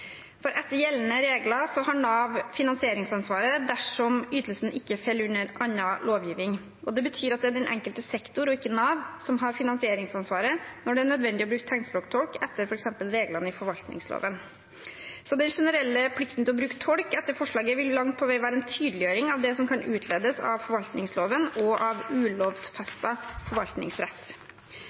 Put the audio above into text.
gruppen. Etter gjeldende regler har Nav finansieringsansvaret dersom ytelsen ikke faller inn under annen lovgivning. Det betyr at det er den enkelte sektor, og ikke Nav, som har finansieringsansvaret når det er nødvendig å bruke tegnspråktolk etter f.eks. reglene i forvaltningsloven. Den generelle plikten til å bruke tolk etter forslaget vil langt på vei være en tydeliggjøring av det som kan utledes av forvaltningsloven og av ulovfestet forvaltningsrett.